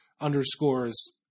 underscores